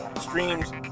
Streams